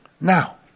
Now